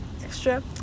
extra